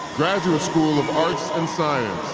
graduate school of arts and science